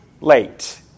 late